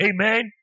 Amen